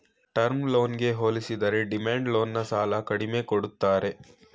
term ಲೋನ್ಗೆ ಹೋಲಿಸಿದರೆ demand loan ನ ಸಾಲ ಕಡಿಮೆ ಕೊಡ್ತಾರೆ